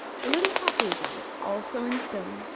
for little copies of it, also in stone,